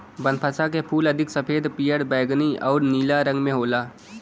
बनफशा के फूल अधिक सफ़ेद, पियर, बैगनी आउर नीला रंग में होला